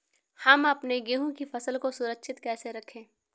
हम अपने गेहूँ की फसल को सुरक्षित कैसे रखें?